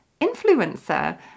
influencer